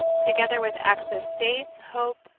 together with acts of faith, hope,